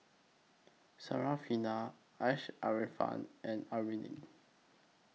Syarafina Asharaff and Amrin